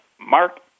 Mark